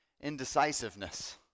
indecisiveness